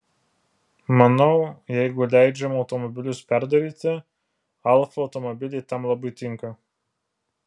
manau jeigu leidžiama automobilius perdaryti alfa automobiliai tam labai tinka